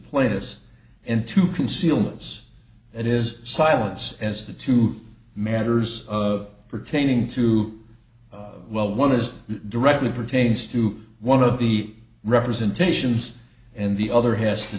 plaintiffs and to conceal this it is silence as the two matters of pertaining to well one is directly pertains to one of the representations and the other has to